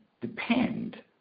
depend